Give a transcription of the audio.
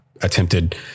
attempted